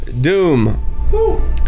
doom